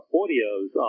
audios